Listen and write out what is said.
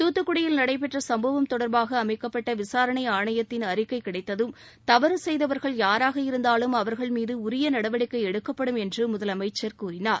தூத்துக்குடியில் நடைபெற்ற சும்பவம் தொடர்பாக அமைக்கப்பட்ட விசாரணை ஆணையத்தின் அறிக்கை கிடைத்ததும் தவறு செய்தவர்கள் யாராக இருந்தாலும் அவர்கள் மீது உரிய நடவடிக்கை எடுக்கப்படும் என்று முதலமைச்சர் கூறினார்